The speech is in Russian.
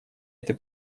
этой